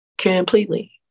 Completely